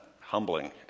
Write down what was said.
humbling